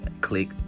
click